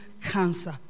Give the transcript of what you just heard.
cancer